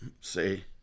say